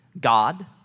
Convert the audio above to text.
God